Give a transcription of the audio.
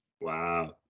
Wow